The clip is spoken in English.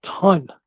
ton